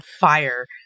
fire